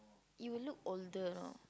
you look older you know